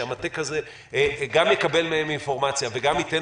שמטה כזה גם יקבל מהם אינפורמציה וגם ייתן